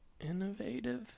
innovative